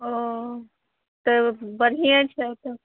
ओ तऽ बढ़िएँ छै तऽ